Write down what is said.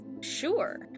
Sure